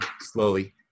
slowly